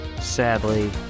sadly